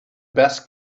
best